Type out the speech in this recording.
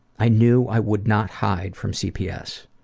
i knew i would not hide from cps.